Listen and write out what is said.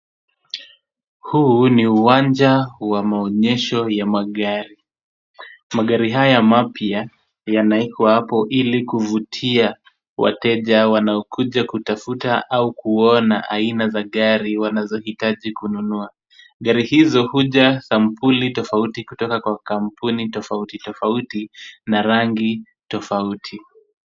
Huu ni uwanja wa maonyesho ya magari. Magari haya mapya yanaekwa hapo ili kuvutia wateja wanaokuja kutafuta au kuona aina za gari wanazohitaji kununua. Gari hizo huja sambuli tofauti kutoka kwa kampuni tofauti tofauti na rangi tofauti.